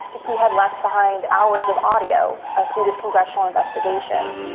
he had left behind hours of audio ah through this congressional investigation.